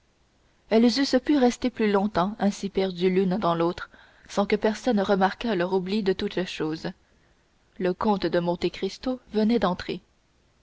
elles eussent pu rester plus longtemps ainsi perdues l'une dans l'autre sans que personne remarquât leur oubli de toutes choses le comte de monte cristo venait d'entrer